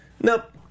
Nope